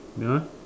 ya